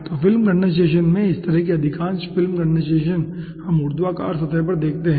तो film condensation में इस प्रकार की अधिकांश फिल्म कंडेनसेशन हम ऊर्ध्वाधर सतह पर देखते हैं